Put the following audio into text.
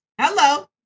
Hello